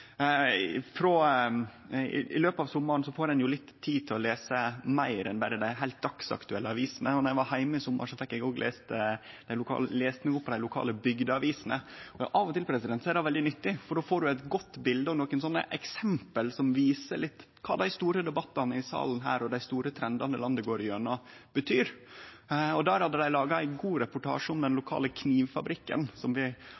I løpet av sommaren får ein jo litt tid til å lese meir enn berre dei heilt dagsaktuelle avisene, og då eg var heime i sommar, fekk eg òg lest meg opp på dei lokale bygdeavisene. Av og til er det veldig nyttig, for då får du eit godt bilete og nokre eksempel som viser litt kva dei store debattane i denne salen og dei store trendane landet går igjennom, betyr. Der hadde dei laga ein god reportasje om den lokale knivfabrikken, som